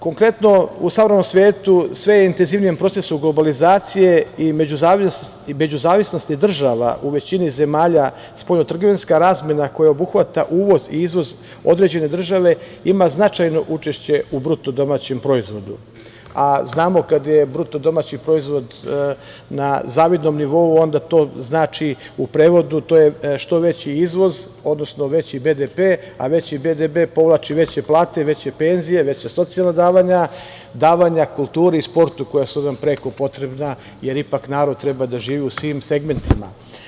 Konkretno, u savremenom svetu, sve intenzivnijem procesu globalizacije i međuzavisnosti država u većini zemalja, spoljnotrgovinska razmena koja obuhvata uvoz i izvoz određene države ima značajno učešće u BDP-u, a znamo kad je BDP na zavidnom nivou, onda to znači u prevodu što veći izvoz, odnosno veći BDP, a veći BDP povlači veće plate, veće penzije, veća socijalna davanja, davanja kulturi i sportu koja su nam prekopotrebna, jer ipak narod treba da živi u svim segmentima.